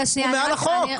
מד"א הוא מעל החוק.